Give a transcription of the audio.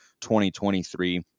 2023